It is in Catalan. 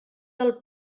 del